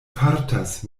fartas